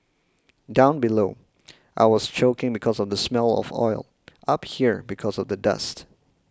down below I was choking because of the smell of oil up here because of the dust